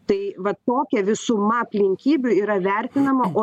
tai vat tokia visuma aplinkybių yra vertinama o